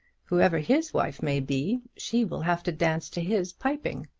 whoever his wife may be, she will have to dance to his piping.